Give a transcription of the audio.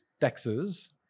taxes